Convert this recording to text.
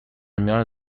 میان